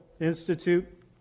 Institute